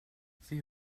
sie